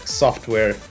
software